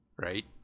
right